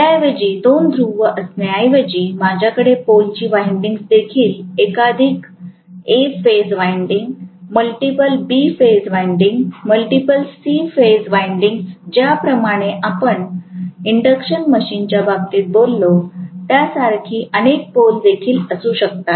त्याऐवजी दोन ध्रुव असण्याऐवजी माझ्याकडे पोलची वाईन्डिग्ज देखील एकाधिक A phase winding multiple B phase windings multiple C phase windings ज्याप्रमाणे आपण इंडक्शन मशीनच्या बाबतीत बोललो त्यासारखी अनेक पोल देखील असू शकतात